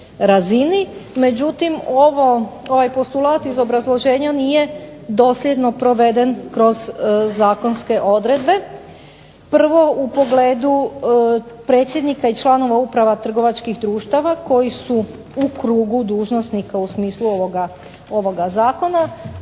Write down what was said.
Međutim, ovaj postulat iz obrazloženja nije dosljedno proveden kroz zakonske odredbe. Prvo, u pogledu predsjednika i članova uprava trgovačkih društava koji su u krugu dužnosnika u smislu ovoga zakona.